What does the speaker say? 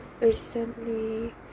Recently